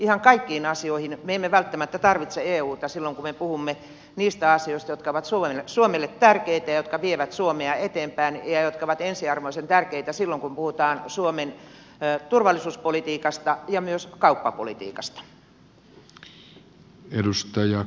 ihan kaikkiin asioihin me emme välttämättä tarvitse euta silloin kun me puhumme niistä asioista jotka ovat suomelle tärkeitä ja jotka vievät suomea eteenpäin ja jotka ovat ensiarvoisen tärkeitä silloin kun puhutaan suomen turvallisuuspolitiikasta ja myös kauppapolitiikasta